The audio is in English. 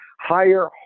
higher